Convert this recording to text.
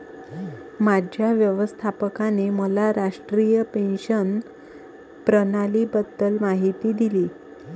माझ्या व्यवस्थापकाने मला राष्ट्रीय पेन्शन प्रणालीबद्दल माहिती दिली